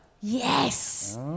Yes